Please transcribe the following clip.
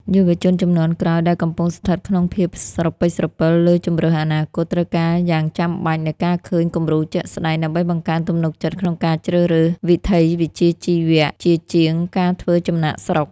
យុវជនជំនាន់ក្រោយដែលកំពុងស្ថិតក្នុងភាពស្រពិចស្រពិលលើជម្រើសអនាគត ត្រូវការយ៉ាងចាំបាច់នូវការឃើញគំរូជាក់ស្ដែង ដើម្បីបង្កើនទំនុកចិត្តក្នុងការជ្រើសរើសវិថីវិជ្ជាជីវៈជាជាងការធ្វើចំណាកស្រុក។